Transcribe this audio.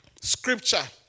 scripture